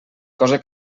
cosa